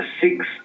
six